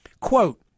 Quote